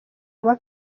vuba